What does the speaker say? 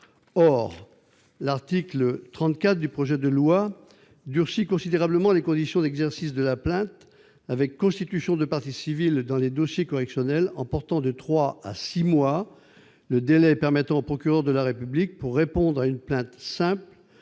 Or l'article 34 du projet de loi durcit considérablement les conditions d'exercice de la plainte avec constitution de partie civile dans les dossiers correctionnels en portant de trois à six mois le délai permettant au procureur de la République de répondre à une plainte simple